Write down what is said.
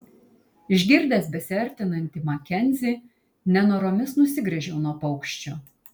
išgirdęs besiartinantį makenzį nenoromis nusigręžiau nuo paukščio